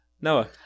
Noah